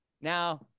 Now